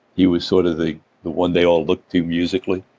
he was sort of the the one they all looked to musically.